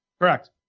correct